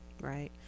Right